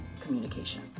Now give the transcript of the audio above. communication